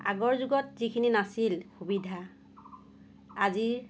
আগৰ যুগত যিখিনি নাছিল সুবিধা আজিৰ